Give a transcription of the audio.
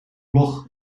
blog